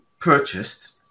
purchased